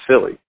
silly